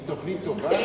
היא תוכנית טובה?